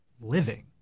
living